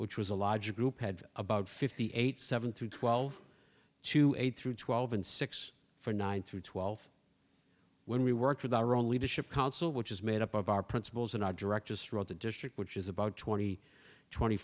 which was a larger group had about fifty eight seven through twelve to eight through twelve and six for nine through twelve when we worked with our own leadership council which is made up of our principals and our direct just wrote the district which is about twenty twenty